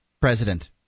president